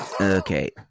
Okay